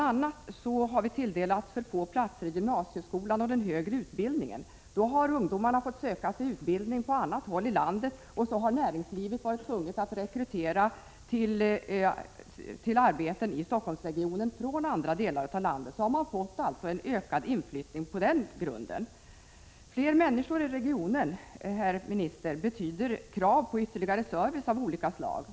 a. har länet tilldelats alltför få platser i gymnasieskolan och den högre utbildningen. Ungdomarna har fått söka sig utbildning på annat håll i landet, och sedan har näringslivet 57” varit tvunget att rekrytera till arbeten i Stockholmsregionen från andra delar av landet. På den grunden har man alltså fått en ökad inflyttning. Fler människor i regionen, herr minister, betyder krav på ytterligare service av olika slag.